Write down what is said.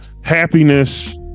happiness